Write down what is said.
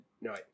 No